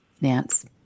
Nance